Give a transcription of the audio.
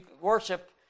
worship